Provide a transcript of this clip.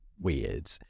weird